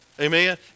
Amen